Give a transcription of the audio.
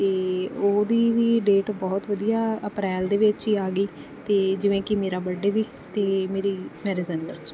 ਅਤੇ ਉਹਦੀ ਵੀ ਡੇਟ ਬਹੁਤ ਵਧੀਆ ਅਪ੍ਰੈਲ ਦੇ ਵਿੱਚ ਹੀ ਆ ਗਈ ਅਤੇ ਜਿਵੇਂ ਕਿ ਮੇਰਾ ਬਰਡੇ ਵੀ ਅਤੇ ਮੇਰੀ ਮੈਰਿਜ ਅਨਿਵਰਸਰੀ ਵੀ